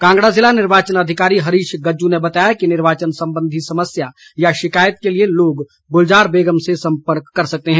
कांगड़ा जिला निर्वाचन अधिकारी हरीश गज्जू ने बताया कि निर्वाचन संबंधी समस्या या शिकायत के लिए लोग गुलजार बेगम से सम्पर्क कर सकते हैं